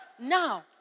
Now